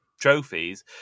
trophies